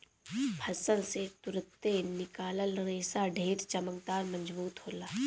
फसल से तुरंते निकलल रेशा ढेर चमकदार, मजबूत होला